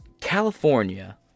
California